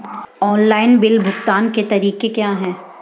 Online bill भुगतान के तरीके क्या हैं?